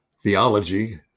theology